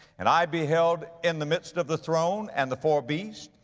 and i beheld, in the midst of the throne and the four beasts,